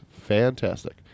fantastic